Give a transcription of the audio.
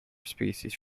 species